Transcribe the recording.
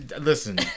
Listen